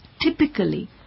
Typically